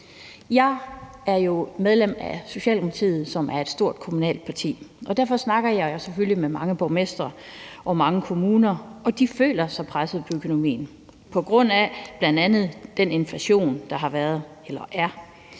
Jeg er jo medlem af Socialdemokratiet, som er et stort kommunalt parti, og derfor snakker jeg selvfølgelig med mange borgmestre og mange kommuner, og de føler sig presset på økonomien på grund af bl.a. den inflation, der har været eller er;